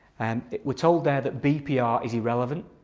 and we're told there that bpr is irrelevant.